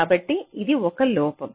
కాబట్టి ఇది ఒక లోపం